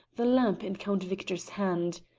the lamp in count victor's hands.